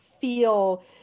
feel